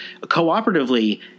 cooperatively